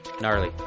Gnarly